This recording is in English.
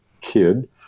kid